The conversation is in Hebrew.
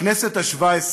בכנסת השבע-עשרה,